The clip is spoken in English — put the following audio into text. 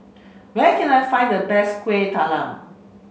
where can I find the best Kueh Talam